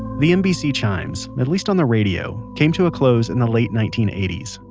the nbc chimes, at least on the radio, came to a close in the late nineteen eighty s,